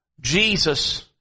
Jesus